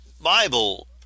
Bible